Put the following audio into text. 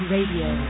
Radio